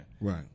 Right